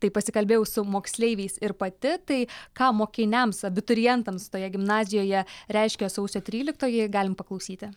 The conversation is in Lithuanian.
tai pasikalbėjau su moksleiviais ir pati tai ką mokiniams abiturientams toje gimnazijoje reiškia sausio tryliktoji galim paklausyti